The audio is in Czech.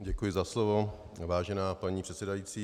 Děkuji za slovo, vážená paní předsedající.